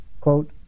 quote